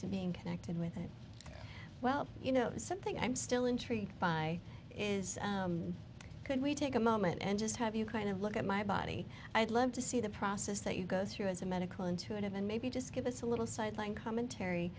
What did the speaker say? to being connected with it well you know something i'm still intrigued by is can we take a moment and just have you kind of look at my body i'd love to see the process that you go through as a medical intuitive and maybe just give us a little sideline commentary